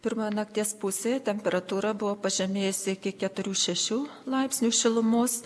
pirmoje nakties pusėje temperatūra buvo pažemėjusi iki keturių šešių laipsnių šilumos